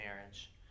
marriage